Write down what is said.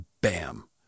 bam